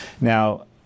Now